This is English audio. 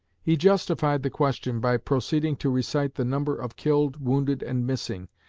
he justified the question by proceeding to recite the number of killed, wounded, and missing,